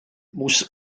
muss